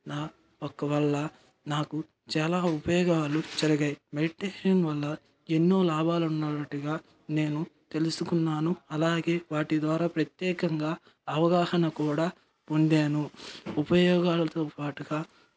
నా ఒక్క వల్ల నాకు చాలా ఉపయోగాలు జరిగాయి మెడిటేషన్ వల్ల ఎన్నో లాభాలు ఉన్నాటిగా నేను తెలుసుకున్నాను అలాగే వాటి ద్వారా ప్రత్యేకంగా అవగాహన కూడా పొందాను ఉపయోగాలతో పాటుగా